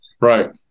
Right